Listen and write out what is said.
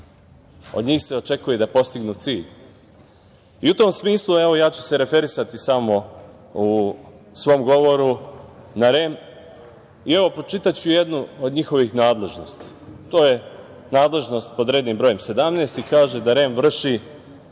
od njih se očekuje da postignu cilj.I u tom smislu, evo, ja ću se referisati samo u svom govoru na REM i evo pročitaću jednu od njihovih nadležnosti. To je nadležnost pod rednim brojem 17 i kaže da REM vrši